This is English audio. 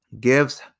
gives